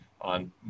on